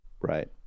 Right